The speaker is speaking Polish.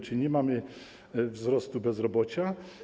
Czyli nie mamy wzrostu bezrobocia.